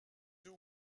deux